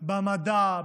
במדע,